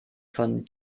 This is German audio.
von